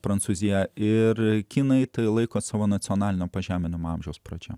prancūzija ir kinai tai laiko savo nacionalinio pažeminimo amžiaus pradžia